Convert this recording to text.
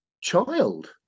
child